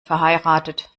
verheiratet